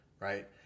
right